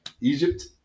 Egypt